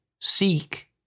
Seek